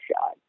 shot